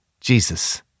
Jesus